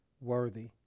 worthy